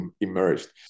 immersed